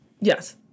Yes